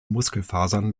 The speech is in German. muskelfasern